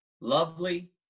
lovely